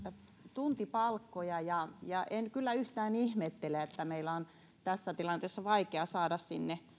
tuntipalkkoja ja ja en kyllä yhtään ihmettele että meillä on tässä tilanteessa vaikea saada sinne